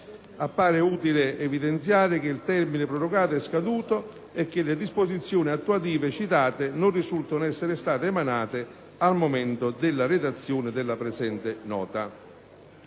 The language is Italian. Appare utile evidenziare che il termine prorogato è scaduto e che le disposizioni attuative citate non risultano essere state emanate al momento della redazione della presente nota.